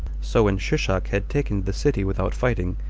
so when shishak had taken the city without fighting,